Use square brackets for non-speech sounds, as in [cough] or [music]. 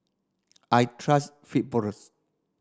I trust [unintelligible]